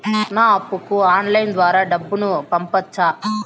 నా అప్పుకి ఆన్లైన్ ద్వారా డబ్బును పంపొచ్చా